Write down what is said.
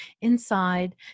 inside